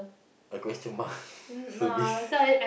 a question mark service